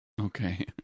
Okay